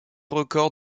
records